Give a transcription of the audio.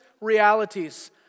realities